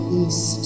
east